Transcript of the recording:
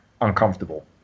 uncomfortable